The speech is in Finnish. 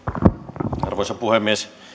arvoisa puhemies